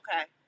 okay